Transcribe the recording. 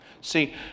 See